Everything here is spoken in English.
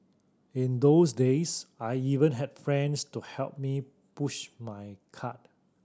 in those days I even had friends to help me push my cart